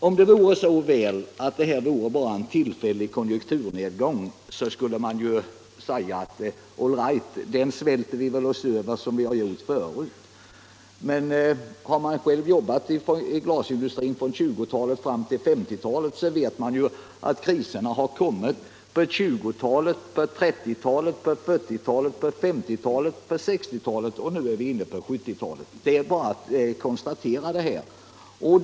Om det vore så väl att det bara var en tillfällig konjunkturnedgång skulle man säga: ”All right, vi svälter oss väl över den som vi har gjort förut.” Men har man som jag själv jobbat i glasindustrin från 1920-talet till 1950-talet, vet man att kriser har kommit vartenda decennium, på 1920-talet, 1930-talet, 1940-talet, 1950-talet och 1960-talet, och nu är vi inne på 1970-talet. Det är bara att konstatera det.